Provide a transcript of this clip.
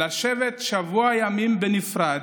לשבת שבוע ימים בנפרד,